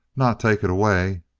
not take it away.